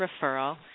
referral